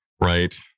Right